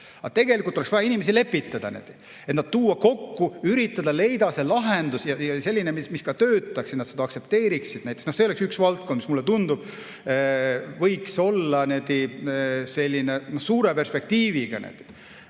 ei ole, aga oleks vaja inimesi lepitada, tuua nad kokku, üritada leida lahendus ja selline, mis ka töötaks, et nad seda aktsepteeriksid. See oleks üks valdkond, mis, mulle tundub, võiks olla suure perspektiiviga.